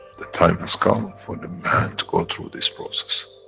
the time has come for the man to go through this process.